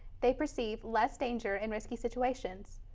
they perceive less danger in risky situations.